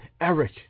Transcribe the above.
Eric